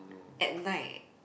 at night